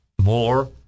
more